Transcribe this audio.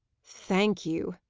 thank you,